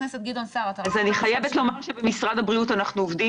אני חייבת לומר שבמשרד הבריאות אנחנו עובדים